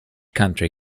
country